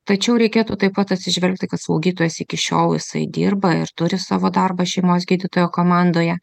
tačiau reikėtų taip pat atsižvelgti kad slaugytojas iki šiol jisai dirba ir turi savo darbą šeimos gydytojo komandoje